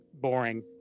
boring